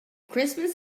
christmas